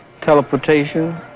teleportation